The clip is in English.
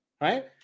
right